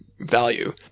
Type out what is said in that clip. value